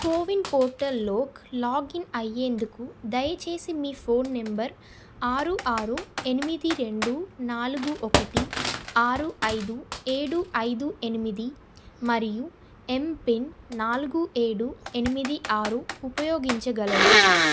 CoWIN పోర్టల్లోకి login అయ్యేందుకు దయచేసి మీ ఫోన్ నంబర్ ఆరు ఆరు ఎనిమిది రెండు నాలుగు ఒకటి అరు ఐదు ఏడు ఐదు ఎనిమిది మరియు యమ్పిన్ నాలుగు ఏడు ఎనిమిది ఆరు ఉపయోగించగలరు